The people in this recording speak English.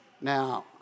Now